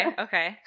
Okay